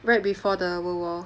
right before the world war